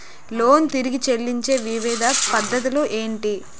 Loan తిరిగి చెల్లించే వివిధ పద్ధతులు ఏంటి?